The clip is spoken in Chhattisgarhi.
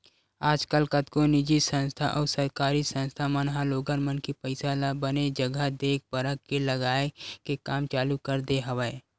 आजकल कतको निजी संस्था अउ सरकारी संस्था मन ह लोगन मन के पइसा ल बने जघा देख परख के लगाए के काम चालू कर दे हवय